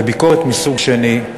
וביקורת מסוג שני,